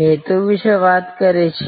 હેતુ વિશે વાત કરે છે